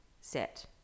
set